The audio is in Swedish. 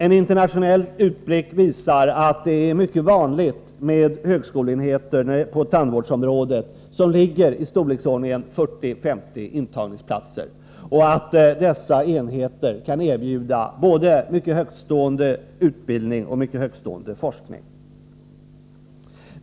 Eninternationell utblick visar att det är mycket vanligt med högskoleenheter på tandvårdsområdet som har 40-50 intagningsplatser. Dessa enheter kan erbjuda både mycket högtstående utbildning och mycket högtstående forskning.